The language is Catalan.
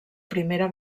primera